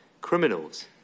Criminals